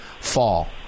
fall